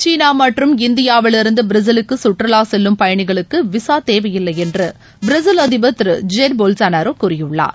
சீனா மற்றும் இந்தியாவிலிருந்து பிரேசிலுக்கு கற்றுவா செல்லும் பயணிகளுக்கு விசா தேவையில்லை என்று பிரேசில் அதிபர் திரு ஜெயிர் போல்சனாரோ கூறியுள்ளார்